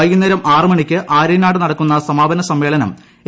വൈകുന്നേരം ആറ് മണിക്ക് ആര്യനാട് നടക്കുന്ന സമാപന സമ്മേളനം എ